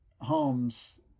homes